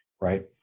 right